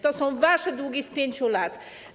To są wasze długi z 5 lat.